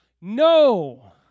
No